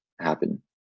happen